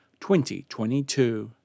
2022